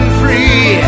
free